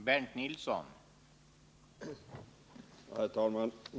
Herr talman!